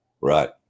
Right